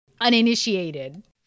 uninitiated